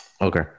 Okay